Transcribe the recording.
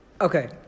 okay